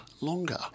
Longer